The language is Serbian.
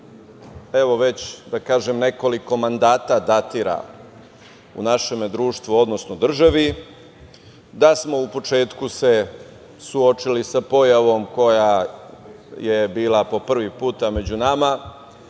evo već da kažem nekoliko mandata datira u našem društvu, odnosno državi, da smo u početku se suočili sa pojavom koja je bila po prvi put među nama